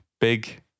big